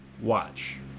watch